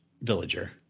villager